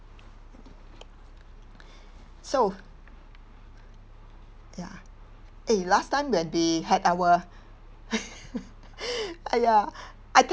so ya eh last time when they had our !aiya! I tell